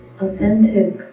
authentic